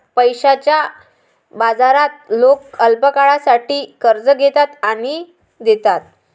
पैशाच्या बाजारात लोक अल्पकाळासाठी कर्ज घेतात आणि देतात